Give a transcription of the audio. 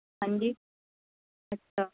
ہاں جی اچھا